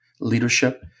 leadership